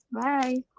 bye